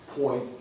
point